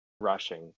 rushing